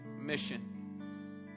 mission